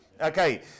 Okay